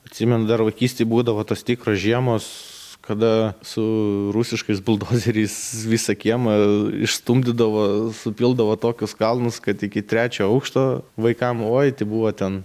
atsimenu dar vaikystėj būdavo tos tikros žiemos kada su rusiškais buldozeriais visą kiemą išstumdydavo supildavo tokius kalnus kad iki trečio aukšto vaikam oi tai buvo ten